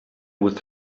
with